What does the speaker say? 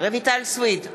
רויטל סויד,